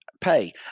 pay